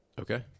Okay